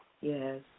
Yes